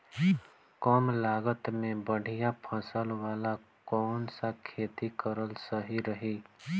कमलागत मे बढ़िया फसल वाला कौन सा खेती करल सही रही?